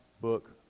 book